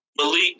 Malik